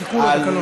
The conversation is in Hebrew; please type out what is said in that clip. ימחקו לו את הקלון.